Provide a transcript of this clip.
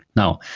now,